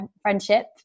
friendship